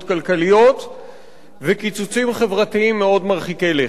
כלכליות וקיצוצים חברתיים מאוד מרחיקי לכת.